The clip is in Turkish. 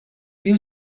bir